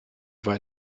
weit